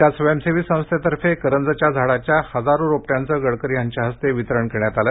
एका स्वयंसेवी संस्थेतर्फे करंजच्या झाडाच्या हजारो रोपट्यांचं गडकरी यांच्या हस्ते वितरण करण्यात आलं